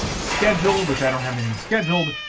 scheduled, which i don't have anything scheduled,